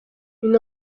une